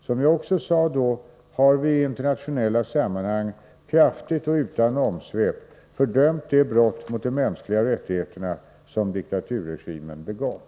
Som jag också sade då har vi i internationella sammanhang kraftigt och utan omsvep fördömt de brott mot de mänskliga rättigheterna som diktaturregimen begått.